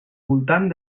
voltant